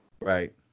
Right